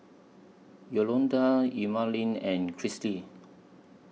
Yolonda Emaline and